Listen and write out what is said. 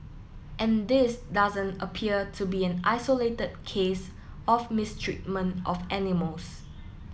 and this doesn't appear to be an isolated case of mistreatment of animals